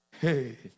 hey